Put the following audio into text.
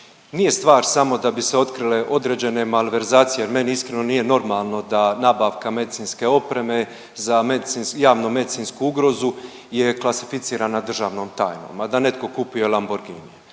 nije samo stvar da bi se otkrile određene malverzacije jer meni iskreno nije normalno da nabavka medicinske opreme za javnu medicinsku ugrozu je klasificirana državnom tajnom, a da neko kupuje Lamborghini.